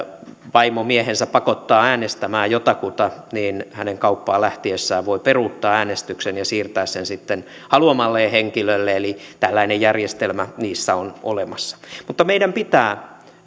vaimo miehensä pakottaa äänestämään jotakuta niin hänen kauppaan lähtiessään voi peruuttaa äänestyksen ja siirtää sen sitten haluamalleen henkilölle eli tällainen järjestelmä niissä on olemassa mutta meidän pitää